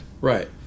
Right